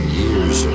years